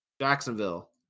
Jacksonville